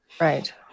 Right